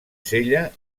sella